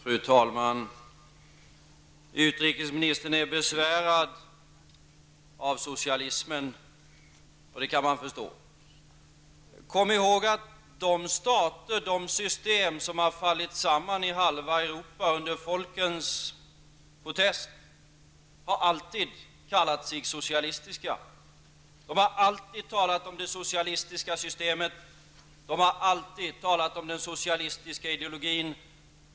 Fru talman! Utrikesministern är besvärad av socialismen. Det kan man förstå. Kom ihåg att de stater och system som har fallit samman i halva Europa under folkens protest alltid har kallat sig socialistiska. De har talat om det socialistiska systemet, och de har alltid talat om den socialistiska ideologin.